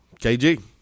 KG